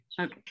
Okay